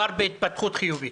מדובר בהתפתחות חיובית.